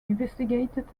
investigated